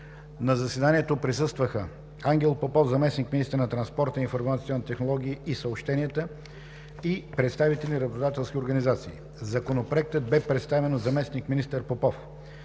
На заседанието присъстваха: Ангел Попов – заместник-министър на транспорта, информационните технологии и съобщенията и представители на работодателските организации. Законопроектът бе представен от заместник-министър Попов.